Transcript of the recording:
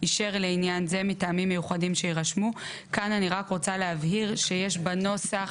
אישר לעניין זה מטעמים מיוחדים שיירשמו"; יש בנוסח